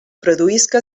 produïsca